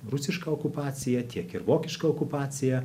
rusišką okupaciją tiek ir vokišką okupaciją